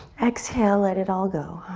exhale, let it all go.